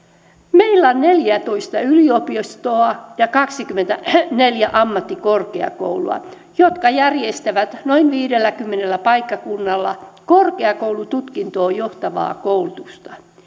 meillä on neljätoista yliopistoa ja kaksikymmentäneljä ammattikorkeakoulua jotka järjestävät noin viidelläkymmenellä paikkakunnalla korkeakoulututkintoon johtavaa koulutusta